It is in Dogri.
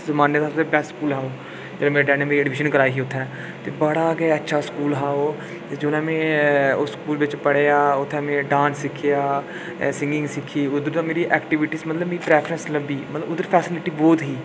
उस जमानें दा सब तों बैस्ट स्कूल था जेह्ड़े मेरे डैडी ने अडमीशन कराई ही उत्थैं ते बड़ा गै अच्छा स्कूल हा ओह् ते जुल्लै मैं उस स्कूल च पढ़ेआ उत्थैं में डांस सिक्खेआ अ सिंगिंग सिक्खी उद्धर मेरी ऐक्टीविटीस मतलब प्रैफरसन लब्भी मतलब उधर फैसीलीटी बोहत ही